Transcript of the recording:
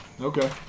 Okay